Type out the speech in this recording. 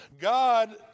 God